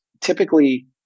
Typically